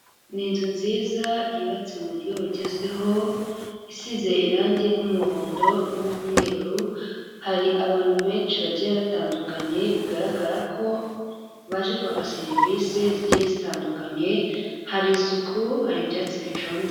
Ni inzu nziza yubatse mu buryo bugezweho, isize irangi ry'umuhondo n'umweru, hari abantu benshi bagiye batandukanye bigaragara ko baje kwaka serivisi zigiye zitandukanye, hari isuku hari ibyatsi bicunze.